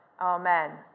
Amen